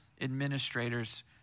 administrators